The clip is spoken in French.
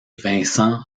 vincent